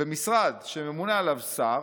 "במשרד שממונה עליו שר,